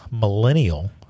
millennial